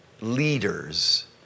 leaders